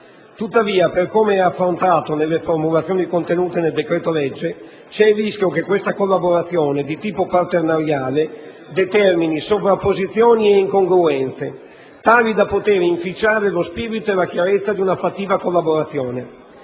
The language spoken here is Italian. Tuttavia, per come è affrontato nelle formulazioni contenute nel decreto-legge, c'è il rischio che questa collaborazione di tipo partenariale determini sovrapposizioni e incongruenze tali da poter inficiare lo spirito e la chiarezza di una fattiva collaborazione.